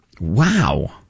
Wow